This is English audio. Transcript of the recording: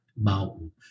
mountain